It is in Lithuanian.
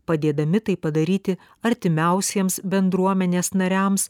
padėdami tai padaryti artimiausiems bendruomenės nariams